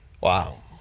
Wow